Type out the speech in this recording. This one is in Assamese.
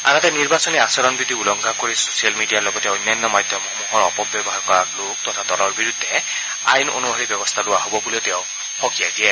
আনহাতে নিৰ্বাচনী আচৰণ বিধা উলংঘা কৰি ছ চিয়েল মিডিয়াৰ লগতে অন্য মাধ্যমসমূহৰ অপ ব্যৱহাৰ কৰা লোক তথা দলৰ বিৰুদ্ধে আইন অনুসৰি ব্যৱস্থা লোৱা হ'ব বুলিও তেওঁ সকিয়াই দিয়ে